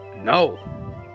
No